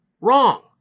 wrong